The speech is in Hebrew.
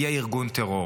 יהיה ארגון טרור.